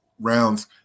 Rounds